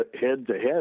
head-to-head